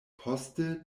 poste